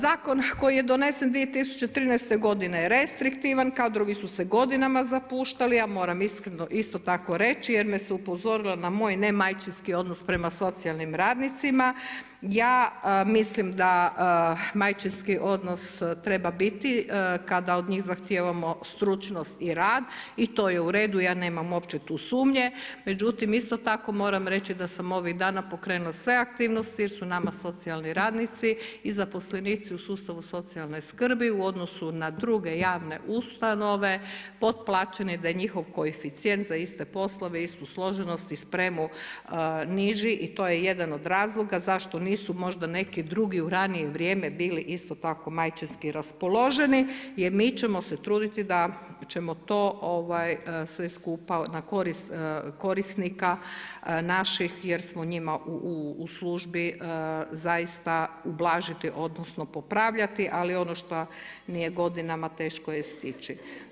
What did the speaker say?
Zakon koji je donesen 2013. godine je restriktivan, kadrovi su se godinama zapuštali a moram isto tako reći jer me se upozorilo na moj ne majčinski odnos prema socijalnim radnicima, ja mislim da majčinski odnos treba biti kada od njih zahtijevamo stručnost i rad i to je u redu, ja nemam uopće tu sumnje, međutim isto tako moram reći da sam ovih dana pokrenula sve aktivnosti jer su nama socijalni radnici i zaposlenici u sustavu socijalne skrbi u odnosu na druge javne ustanove potplaćeni da je njih koeficijent za iste poslove, istu složenost i spremu niži i to je jedan od razloga zašto nisu možda neki drugi u ranije vrijeme bili isto tako majčinski raspoloženi i mi ćemo se truditi da ćemo to sve skupa na korist korisnika jer smo njima u služni zaista ublažiti odnosno popravljati, ali ono što nije godinama, teško je stići.